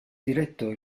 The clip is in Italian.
diretto